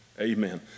Amen